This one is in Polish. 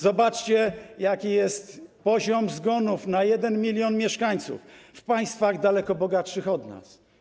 Zobaczcie, jaki jest poziom zgonów na 1 mln mieszkańców w państwach daleko bogatszych od nas.